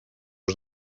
els